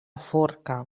forca